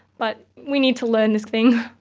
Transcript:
but we need to learn this thing.